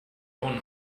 own